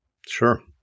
sure